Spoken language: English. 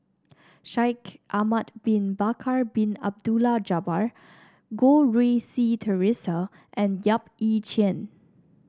Shaikh Ahmad Bin Bakar Bin Abdullah Jabbar Goh Rui Si Theresa and Yap Ee Chian